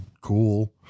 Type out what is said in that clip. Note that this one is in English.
cool